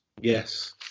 yes